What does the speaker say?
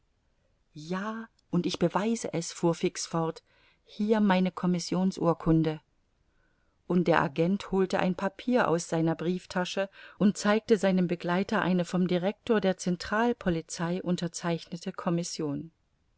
ja und ich beweise es fuhr fix fort hier meine commissionsurkunde und der agent holte ein papier aus seiner brieftasche und zeigte seinem begleiter eine vom director der centralpolizei unterzeichnete commission